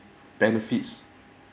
benefits